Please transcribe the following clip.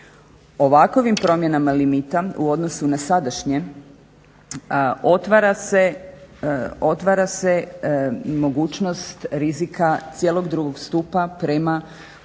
Ovakvim promjenama limita u odnosu na sadašnje otvara se mogućnost rizika cijelog drugog stupa prema